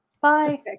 Bye